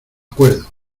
acuerdo